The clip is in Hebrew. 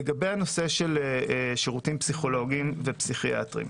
לגבי הנושא של שירותים פסיכולוגים ופסיכיאטריים,